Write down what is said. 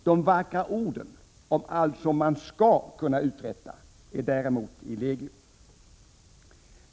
—- De vackra orden om allt som man skall kunna uträtta är däremot i legio.